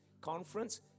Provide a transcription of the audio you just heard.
conference